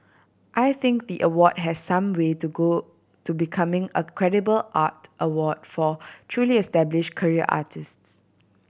I think the award has some way to go to becoming a credible art award for truly established career artists